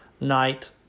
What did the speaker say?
night